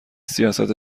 سیاست